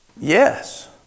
Yes